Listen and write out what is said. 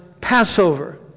Passover